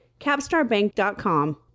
capstarbank.com